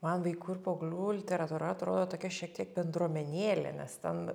man vaikų ir paauglių literatūra atrodo tokia šiek tiek bendruomenėlė nes ten